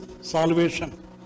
salvation